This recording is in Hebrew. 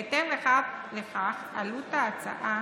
בהתאם לכך, עלות ההצעה